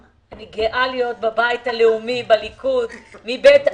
אני גאה להיות בבית הלאומי, בליכוד, מבית אבא.